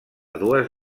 dues